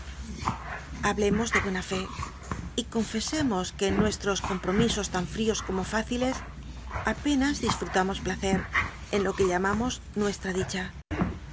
hablemos de buena fó y confesemos que en nuestros compromisos tan fríos como fáciles apenas disfrutamos placer en lo que llamamos nuestra dicha